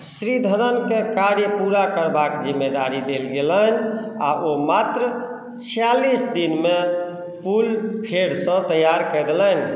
श्रीधरनकेँ कार्य पूरा करबाक जिम्मेदारी देल गेलनि आ ओ मात्र छियालिस दिनमे पुल फेरसँ तैयार कऽ देलनि